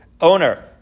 owner